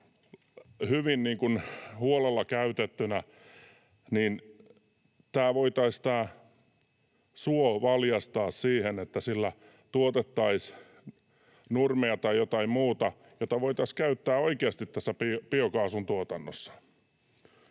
hyvin huolella käytettyinä, voitaisiin valjastaa siihen, että sillä suolla tuotettaisiin nurmea tai jotain muuta, jota voitaisiin käyttää oikeasti tässä biokaasun tuotannossa.